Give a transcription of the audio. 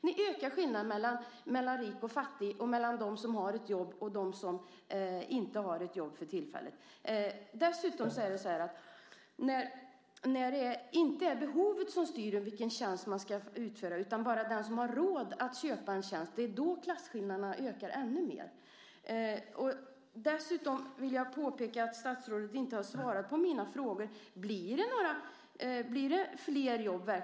Ni ökar skillnaden mellan rik och fattig och mellan dem som har ett jobb och dem som för tillfället inte har ett jobb. När det inte är behovet som styr vilken tjänst man ska utföra utan bara vem som har råd att köpa tjänsten ökar klasskillnaderna ännu mer. Dessutom vill jag påpeka att statsrådet inte har svarat på mina frågor. Blir det verkligen flera jobb?